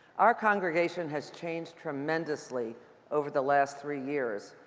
our congregation has changed tremendously over the last three years,